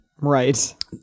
right